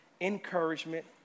encouragement